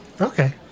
Okay